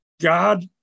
God